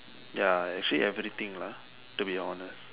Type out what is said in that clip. ya actually everything lah to be honest